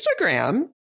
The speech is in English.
Instagram